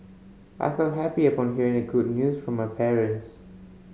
I felt happy upon hearing the good news from my parents